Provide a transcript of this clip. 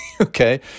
okay